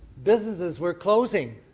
businesses were closing.